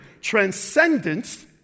Transcendence